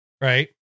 right